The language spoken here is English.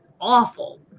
awful